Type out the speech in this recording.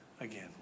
again